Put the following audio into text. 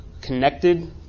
connected